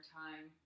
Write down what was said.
time